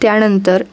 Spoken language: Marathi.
त्यानंतर